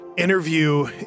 interview